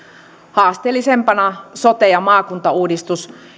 haasteellisimpana sote ja maakuntauudistus